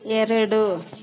ಎರಡು